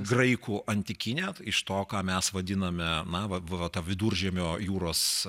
graikų antikinė iš to ką mes vadiname na va va ta viduržemio jūros